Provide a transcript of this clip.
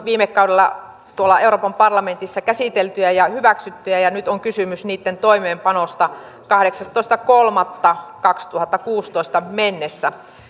viime kaudella tuolla euroopan parlamentissa käsiteltyjä ja hyväksyttyjä ja nyt on kysymys niitten toimeenpanosta kahdeksastoista kolmatta kaksituhattakuusitoista mennessä